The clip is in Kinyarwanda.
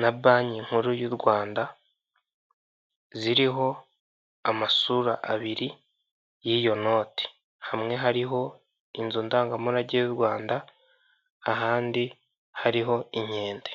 na banki nkuru y'u Rwanda, ziriho amasura abiri y'iyo noti hamwe hariho inzu ndangamurage y'u Rwanda ahandi hariho inkende.